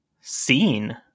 seen